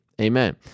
Amen